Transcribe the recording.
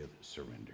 surrender